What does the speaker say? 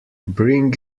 bring